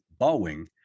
Boeing